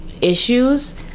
issues